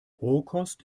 rohkost